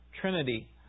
Trinity